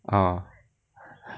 ah